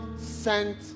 sent